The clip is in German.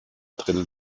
drittel